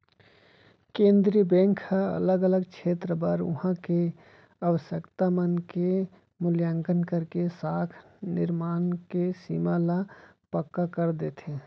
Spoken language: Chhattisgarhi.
केंद्रीय बेंक ह अलग अलग छेत्र बर उहाँ के आवासकता मन के मुल्याकंन करके साख निरमान के सीमा ल पक्का कर देथे